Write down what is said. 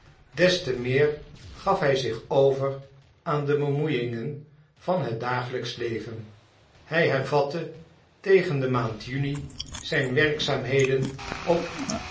des te meer gaf hij zich over aan de bemoeiingen van het dagelijksch leven hij hervatte tegen de maand juni zijn werkzaamheden op